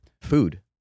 food